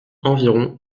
environ